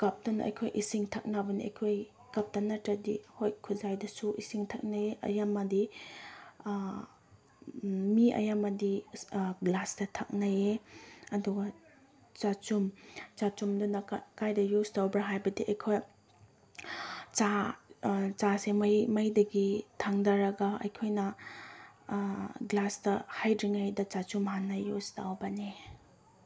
ꯀꯞꯇꯅ ꯑꯩꯈꯣꯏ ꯏꯁꯤꯡ ꯊꯛꯅꯕꯅꯤ ꯑꯩꯈꯣꯏ ꯀꯞꯇ ꯅꯠꯇ꯭ꯔꯗꯤ ꯍꯣꯏ ꯈꯨꯖꯥꯏꯗꯁꯨ ꯏꯁꯤꯡ ꯊꯛꯅꯩ ꯑꯌꯥꯝꯕꯗꯤ ꯃꯤ ꯑꯌꯥꯝꯕꯗꯤ ꯒ꯭ꯂꯥꯁꯇ ꯊꯛꯅꯩꯌꯦ ꯑꯗꯨꯒ ꯆꯥꯆꯨꯝ ꯆꯥꯆꯨꯝꯗꯅ ꯀꯥꯏꯗ ꯌꯨꯁ ꯇꯧꯕ꯭ꯔꯥ ꯍꯥꯏꯕꯗꯤ ꯑꯩꯈꯣꯏ ꯆꯥ ꯆꯥꯁꯦ ꯃꯩ ꯃꯩꯗꯒꯤ ꯊꯥꯡꯊꯔꯒ ꯑꯩꯈꯣꯏꯅ ꯒ꯭ꯂꯥꯁꯇ ꯍꯩꯗ꯭ꯔꯤꯉꯩꯗ ꯆꯥꯆꯨꯝ ꯍꯥꯟꯅ ꯌꯨꯁ ꯇꯧꯕꯅꯦ